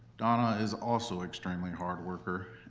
donna is also extremely hard worker